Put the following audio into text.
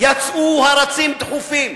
הרצים יצאו דחופים.